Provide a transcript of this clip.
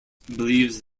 believes